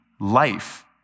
life